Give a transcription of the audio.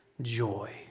joy